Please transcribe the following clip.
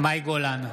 מאי גולן,